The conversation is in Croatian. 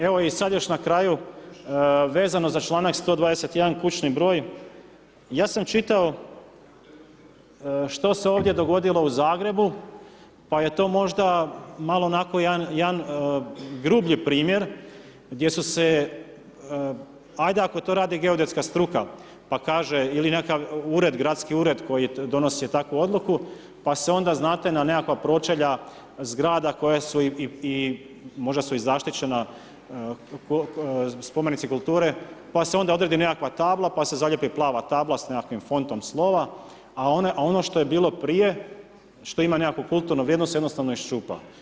Evo i sada još na kraju, vezano za čl. 121. kućni broj, ja sam čitao što se ovdje dogodilo u Zagrebu, pa je to možda onako jedan grublji primjer, gdje su se, ajde ako to radi geodetska struka, pa kaže, ili nekakav gradski ured, koji donosi takvu odluku, pa se onda znate, na nekakva pročelja zgrada koja su i možda su i zaštićena, spomenici kulture, pa se onda odredi nekakav tabla, pa se zalijepi plava tabla s nekakvim fontom slova, a ono što je bilo prije, što ima nekakvu kulturnu vrijednost, jednostavno iščupa.